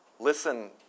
Listen